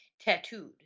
tattooed